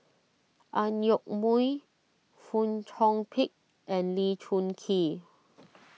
Ang Yoke Mooi Fong Chong Pik and Lee Choon Kee